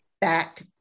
back